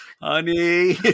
Honey